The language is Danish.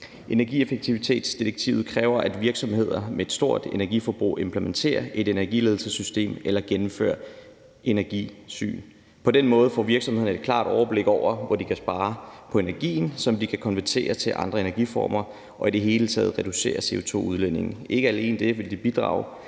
Energieffektivitetsdirektivet kræver, at virksomheder med et stort energiforbrug implementerer et energiledelsessystem eller gennemfører energisyn. På den måde får virksomhederne et klart overblik over, hvor de kan spare på energien, som de kan konvertere til andre energiformer og i det hele taget reducere CO2-udledningen. Ikke alene vil det bidrage